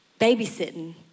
babysitting